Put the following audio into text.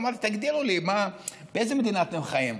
אמרתי: תגדירו לי באיזה מדינה אתם חיים.